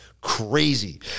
crazy